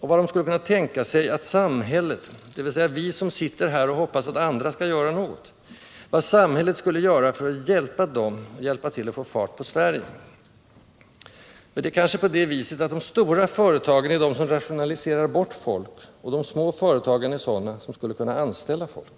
och vad de skulle kunna tänka sig att ”samhället” — dvs. vi som sitter här och hoppas att andra skall göra något — kunde göra för att hjälpa dem att hjälpa till att få fart på Sverige. För det är kanske på det viset, att de stora företagen är de som rationaliserar bort folk, och de små företagen är sådana som skulle kunna anställa folk.